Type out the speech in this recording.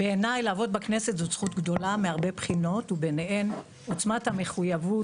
בעיניי לעבוד בכנסת זו זכות גדולה מהרבה בחינות וביניהן עוצמת המחויבות,